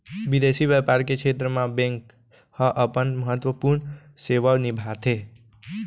बिंदेसी बैपार के छेत्र म बेंक ह अपन महत्वपूर्न सेवा निभाथे